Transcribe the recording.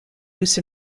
loose